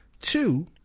two